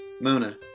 Mona